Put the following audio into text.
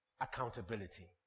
accountability